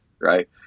right